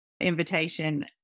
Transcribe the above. invitation